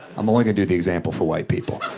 i'm only gonna do the example for white people,